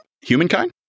Humankind